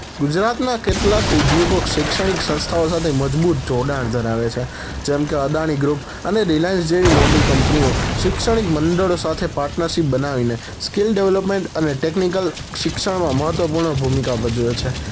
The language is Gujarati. ગુજરાતના કેટલાક ઉદ્યોગો શૈક્ષણિક સંસ્થાઓ સાથે મજબૂત જોડાણ ધરાવે છે જેમકે અદાણી ગ્રૂપ અને રિલાયન્સ જેવી મોટી કંપનીઓ શિક્ષણિક મંડળો સાથે પાર્ટનરશીપ બનાવીને સ્કિલ ડેવલોપમેન્ટ અને ટેકનિકલ શિક્ષણમાં મહત્ત્વપૂર્ણ ભૂમિકા ભજવે છે